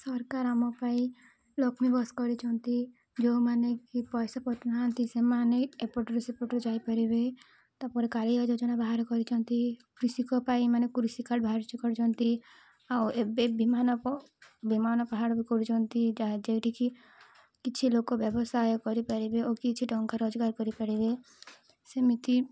ସରକାର ଆମ ପାଇଁ ଲକ୍ଷ୍ମୀ ବସ୍ କରିଛନ୍ତି ଯେଉଁମାନେ କି ପଇସା ନାହାନ୍ତି ସେମାନେ ଏପଟରୁ ସେପଟରୁ ଯାଇପାରିବେ ତା'ପରେ କାଳିଆ ଯୋଜନା ବାହାର କରିଛନ୍ତି କୃଷିଙ୍କ ପାଇଁ ମାନେ କୃଷି କାର୍ଡ଼ ବାହାରିଛି କରିୁଛନ୍ତି ଆଉ ଏବେ ବିମାନ ବିମାନ ପାହାଡ଼ ବି କରୁଛନ୍ତି ଯାହା ଯେଉଁଠିକି କିଛି ଲୋକ ବ୍ୟବସାୟ କରିପାରିବେ ଓ କିଛି ଟଙ୍କା ରୋଜଗାର କରିପାରିବେ ସେମିତି